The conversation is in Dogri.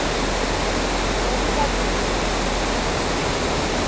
ओह्बी करङ